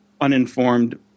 Uninformed